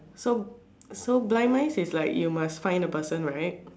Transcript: so so blind mice is like you must find the person right